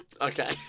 Okay